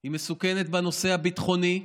היא מסוכנת בנושא הביטחוני,